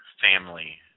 family